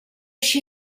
she